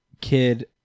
kid